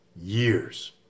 years